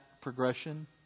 progression